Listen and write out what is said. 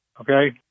Okay